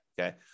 Okay